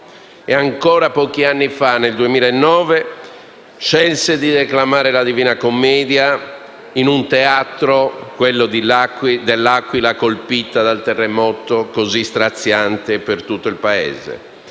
Ancora pochi anni fa, nel 2009, scelse di declamare la Divina Commedia nel teatro di una città, L'Aquila, colpita da un terremoto così straziante per tutto il Paese.